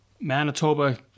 Manitoba